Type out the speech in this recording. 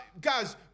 Guys